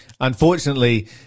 Unfortunately